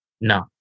No